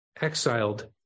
exiled